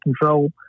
control